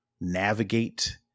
navigate